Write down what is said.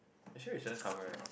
actually insurance covered right